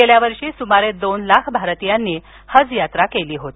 गेल्या वर्षी सुमारे दोन लाख भारतीयांनी हज यात्रा केली होती